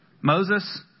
Moses